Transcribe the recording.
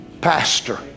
Pastor